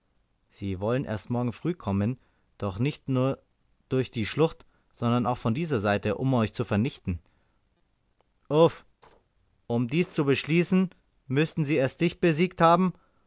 sie wollen erst morgen früh kommen doch nicht nur durch die schlucht sondern auch von dieser seite um euch zu vernichten uff um dies zu beschließen müßten sie erst dich besiegt haben